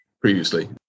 previously